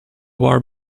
war